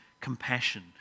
compassion